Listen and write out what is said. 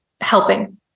helping